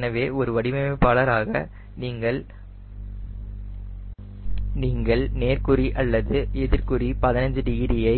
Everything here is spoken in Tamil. எனவே ஒரு வடிவமைப்பாளராக நீங்கள் நேர்குறி அல்லது எதிர் குறி 15 டிகிரியை